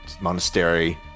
monastery